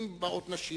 אם באות נשים,